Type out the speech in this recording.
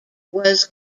was